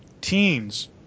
teens